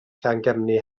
llangefni